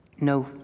No